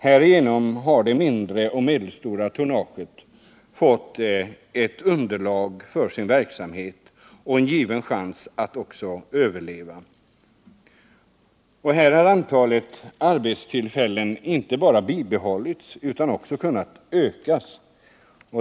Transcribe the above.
Härigenom har det mindre och medelstora tonnaget fått ett underlag för sin verksamhet och en given chans att överleva. Här har antalet arbetstillfällen inte bara bibehållits utan också kunnat öka.